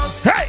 Hey